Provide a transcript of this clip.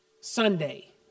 Sunday